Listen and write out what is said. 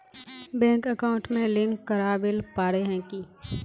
Bank account में link करावेल पारे है की?